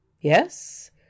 yes